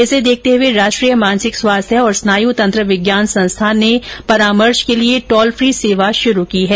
इसे देखते हुए राष्ट्रीय मानसिक स्वास्थ्य और स्नाय तंत्र विज्ञान संस्थान ने परामर्श के लिए टोल फ्री सेवा शुरू की है